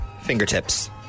fingertips